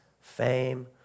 fame